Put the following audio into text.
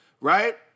right